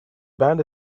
band